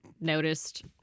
noticed